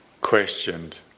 questioned